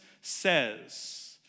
says